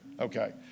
Okay